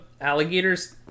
alligators